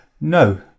No